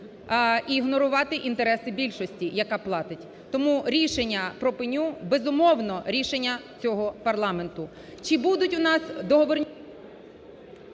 і ігнорувати інтереси більшості, яка платить. Тому рішення про пеню, безумовно, рішення цього парламенту. Чи будуть у нас… ГОЛОВУЮЧИЙ.